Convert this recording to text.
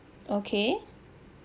okay